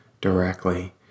directly